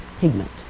pigment